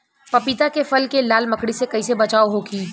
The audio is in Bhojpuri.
पपीता के फल के लाल मकड़ी से कइसे बचाव होखि?